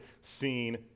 seen